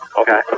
Okay